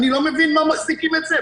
אני לא מבין למה מחזיקים את המידע הזה,